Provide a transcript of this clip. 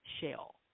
shell